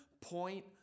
point